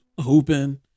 hooping